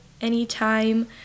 anytime